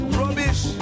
rubbish